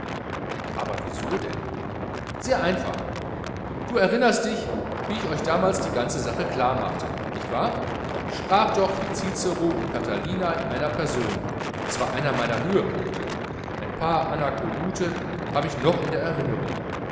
aber wieso denn sehr einfach du erinnerst dich wie ich euch damals die ganze sache klar machte nicht wahr ich sprach doch wie cicero und catilina in einer person es war einer meiner höhepunkte ein paar anakoluthe hab ich noch in der erinnerung